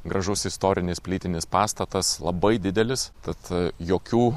gražus istorinis plytinis pastatas labai didelis tad jokių